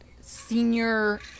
senior